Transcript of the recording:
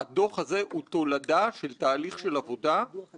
שעוד בטרם הוועדה התכנסה ואמרה את דבריה